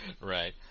Right